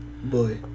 boy